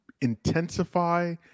intensify